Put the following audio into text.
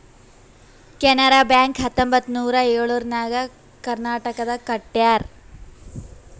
Canara bank ಹತ್ತೊಂಬತ್ತ್ ನೂರಾ ಎಳುರ್ನಾಗ್ ಕರ್ನಾಟಕನಾಗ್ ಕಟ್ಯಾರ್